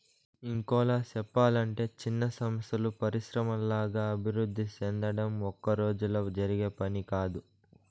ఇంకోలా సెప్పలంటే చిన్న సంస్థలు పరిశ్రమల్లాగా అభివృద్ధి సెందడం ఒక్కరోజులో జరిగే పని కాదు